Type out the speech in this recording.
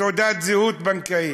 תעודת זהות בנקאית.